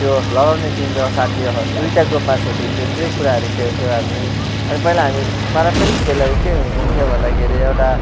त्यो लडाउने टिमका साथीहरू दुईवटा ग्रुपमा छुट्टिन्थ्यो त्यो कुराहरू खेल्थ्यौँ हामी अनि पहिला हामी पारम्पारिक खेलहरू के हुन्थ्यो भन्दाखेरि एउटा